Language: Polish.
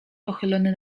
pochylony